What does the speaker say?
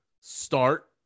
start